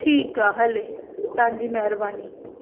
ठीक आहे हले तव्हांजी महिरबानी